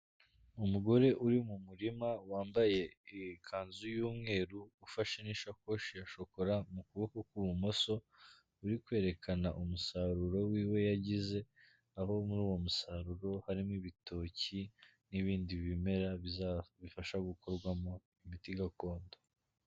Umugore uri mu murima wambaye ikanzu y'umweru, ufashe n'isakoshi ya shokora mu kuboko kw'ibumoso, uri kwerekana umusaruro wiwe yagize, aho muri uwo musaruro harimo ibitoki n'ibindi bimera bifasha gukorwamo imiti gakondo.